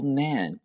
man